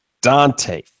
dante